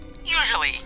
usually